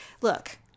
look